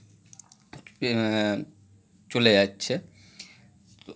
চলে যাচ্ছে